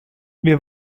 wir